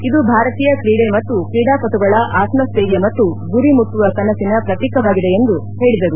ಇದು ಭಾರತೀಯ ಕ್ರೀಡೆ ಮತ್ತು ಕ್ರೀಡಾಪಟುಗಳ ಆತ್ಮಸ್ಟೈರ್ಯ ಮತ್ತು ಗುರಿ ಮುಟ್ಚುವ ಕನಸಿನ ಪ್ರತೀಕವಾಗಿದೆ ಎಂದು ಹೇಳಿದರು